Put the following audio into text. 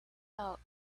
out